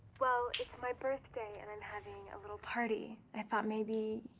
well, it's my birthday and i'm having a little party. i thought maybe,